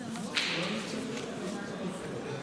כנסת נכבדה,